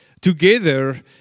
together